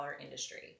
industry